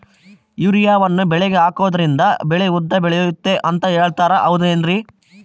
ಯೂರಿಯಾವನ್ನು ಬೆಳೆಗೆ ಹಾಕೋದ್ರಿಂದ ಬೆಳೆ ಉದ್ದ ಬೆಳೆಯುತ್ತೆ ಅಂತ ಹೇಳ್ತಾರ ಹೌದೇನ್ರಿ?